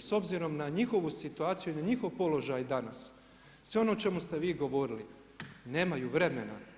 s obzirom na njihovu situaciju ili njihov položaj danas, sve ono o čemu ste vi govorili, nemaju vremena.